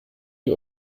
ihr